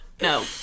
no